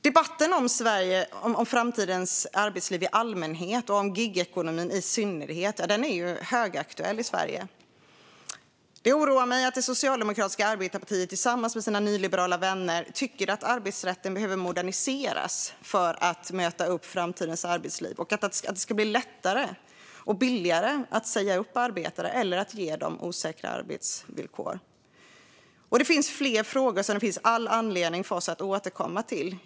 Debatten om framtidens arbetsliv i allmänhet och gigekonomin i synnerhet är högaktuell i Sverige. Det oroar mig att det socialdemokratiska arbetarepartiet tillsammans med sina nyliberala vänner tycker att arbetsrätten behöver moderniseras för att möta framtidens arbetsliv och att det ska bli lättare och billigare att säga upp arbetare eller ge dem osäkra villkor. Det finns fler frågor som det finns all anledning att återkomma till.